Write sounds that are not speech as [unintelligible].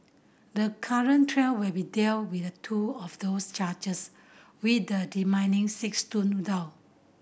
the current trial will be deal with two of those charges with the [unintelligible] six stood down